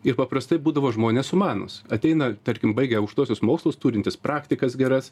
ir paprastai būdavo žmonės sumanūs ateina tarkim baigę aukštuosius mokslus turintys praktikas geras